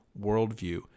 worldview